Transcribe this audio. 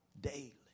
daily